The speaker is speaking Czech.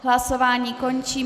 Hlasování končím.